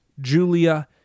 Julia